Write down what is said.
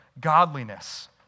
godliness